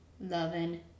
Loving